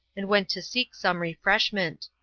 and went to seek some refreshment.